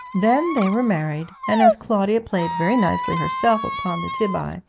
then they were married, and, as claudia played very nicely herself upon the tibiae,